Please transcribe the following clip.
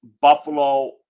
Buffalo